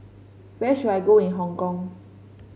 where should I go in Hong Kong